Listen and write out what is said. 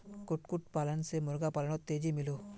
कुक्कुट पालन से मुर्गा पालानोत तेज़ी मिलोहो